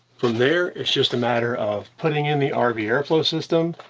from there, it's just a matter of putting in the um rv airflow system.